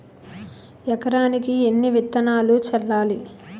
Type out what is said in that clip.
ఎకరానికి ఎన్ని విత్తనాలు చల్లాలి?